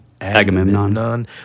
Agamemnon